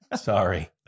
Sorry